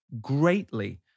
greatly